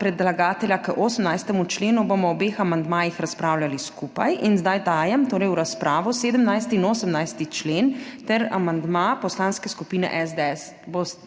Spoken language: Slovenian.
predlagatelja k 18. členu, bomo o obeh amandmajih razpravljali skupaj. Zdaj dajem v razpravo 17. in 18. člen ter amandma Poslanske skupine SDS.